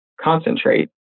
concentrate